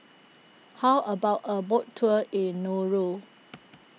how about a boat tour in Nauru